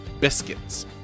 biscuits